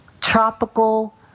tropical